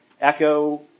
echo